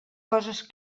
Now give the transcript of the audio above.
coses